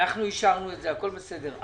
אנחנו אישרנו את זה, הכול בסדר.